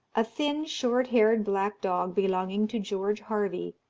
a thin, short-haired black dog, belonging to george harvey,